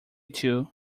two